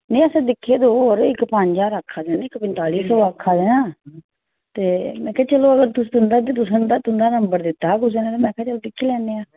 नेईं असें दिक्खे दो होर इक पंज ज्हार आक्खा दे न इक पंजताली सौ आक्खा न ते मतलब चलो अगर तुस तुं'दा तुं'दा नंबर दित्ता हा कुसै ने में आखेआ चलो दिक्खी लैन्ने आं